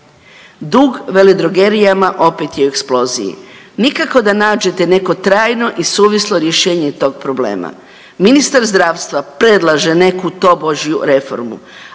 Dug veledrogerijama opet je u eksploziji. Nikako da nađete neko trajno i suvislo rješenje tog problema. Ministar zdravstva predlaže neku tobožju reformu,